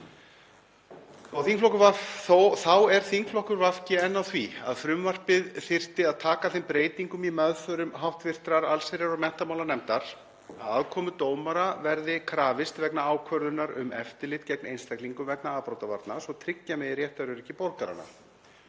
Þá er þingflokkur VG enn á því að frumvarpið þyrfti að taka þeim breytingum í meðförum hv. allsherjar- og menntamálanefndar að aðkomu dómara verði krafist vegna ákvörðunar um eftirlit gegn einstaklingum vegna afbrotavarna svo tryggja megi réttaröryggi borgaranna.